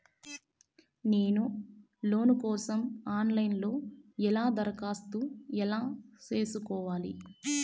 నేను లోను కోసం online లో ఎలా దరఖాస్తు ఎలా సేసుకోవాలి?